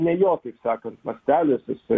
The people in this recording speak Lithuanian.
ne jo kaip sakant mąstelis jisai